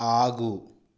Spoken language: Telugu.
ఆగు